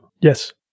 yes